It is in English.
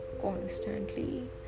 constantly